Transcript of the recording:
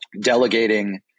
delegating